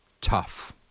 tough